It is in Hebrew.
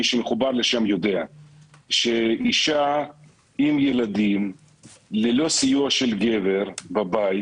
מי שמחובר לשם יודע שאישה עם ילדים ללא סיוע של גבר בבית